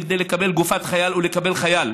כדי לקבל גופת חייל או לקבל חייל.